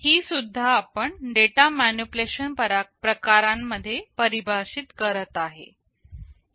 ही सुद्धा आपण data manipulation प्रकारांमध्ये परिभाषेत करत आहे